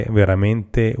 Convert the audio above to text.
veramente